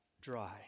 dry